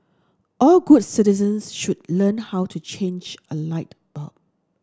all good citizens should learn how to change a light bulb